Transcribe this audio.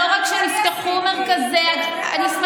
שאני עשיתי,